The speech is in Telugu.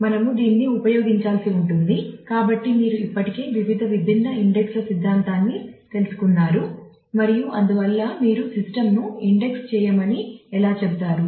మనము దీన్ని ఉపయోగించాల్సి ఉంటుంది కాబట్టి మీరు ఇప్పటికే వివిధ విభిన్న ఇండెక్స్ ల సిద్ధాంతాన్ని తెలుసుకున్నారు మరియు అందువల్ల మీరు సిస్టమ్ చేయమని ఎలా చెబుతారు